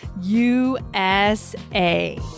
USA